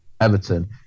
Everton